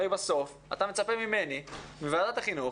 הרי בסוף אתה מצפה ממני, מוועדת החינוך,